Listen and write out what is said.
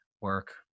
work